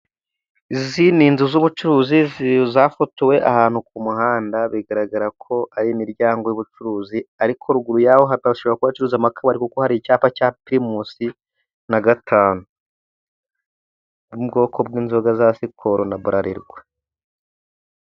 Izi ni inzu z'ubucuruzi zafotowe ahantu ku muhanda, bigaragara ko ari imiryango y'ubucuruzi, ariko ruguru yaho hashobora kuba hacuruza akabari, kuko hari icyapa cya pirimusiko na gatanu bumwe mu bwoko bw'inzoga za siporo na burarirwa.